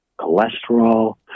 cholesterol